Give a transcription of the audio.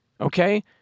Okay